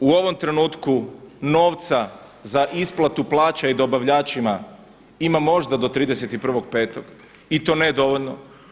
U ovom trenutku novca za isplatu plaća i dobavljačima ima možda do 31.5. i to ne dovoljno.